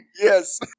yes